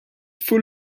full